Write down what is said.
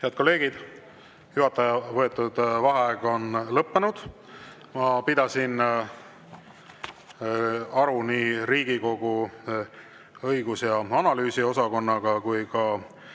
Head kolleegid! Juhataja võetud vaheaeg on lõppenud. Ma pidasin aru nii Riigikogu [Kantselei] õigus‑ ja analüüsiosakonnaga kui ka